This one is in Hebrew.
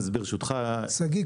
ברשותך --- שגיא,